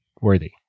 worthy